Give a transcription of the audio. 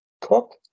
Cook